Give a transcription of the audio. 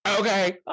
Okay